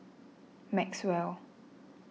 maxwell